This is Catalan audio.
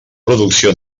producció